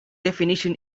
definition